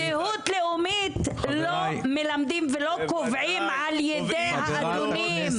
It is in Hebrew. זהות לאומית לא מלמדים ולא קובעים על ידי האדונים,